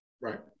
Right